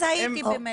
אז הייתי באמת.